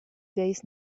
days